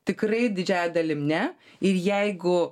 tikrai didžiąja dalim ne ir jeigu